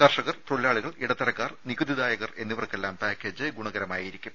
കർഷകർ തൊഴിലാളികൾ ഇടത്തരക്കാർ നികുതിദായകർ എന്നിവർക്കെല്ലാം പാക്കേജ് ഗുണകരമായിരിക്കും